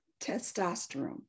testosterone